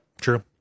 true